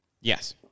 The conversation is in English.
Yes